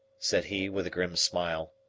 said he with a grim smile.